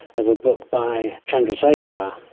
of a book by chandrasekhar,